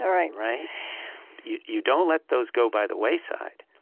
right right you you don't let those go by the wayside,